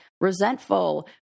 resentful